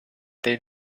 they